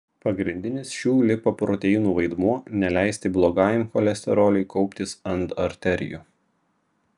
pagrindinis šių lipoproteinų vaidmuo neleisti blogajam cholesteroliui kauptis ant arterijų